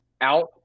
out